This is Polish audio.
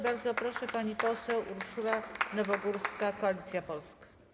Bardzo proszę, pani poseł Urszula Nowogórska, Koalicja Polska.